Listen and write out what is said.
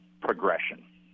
progression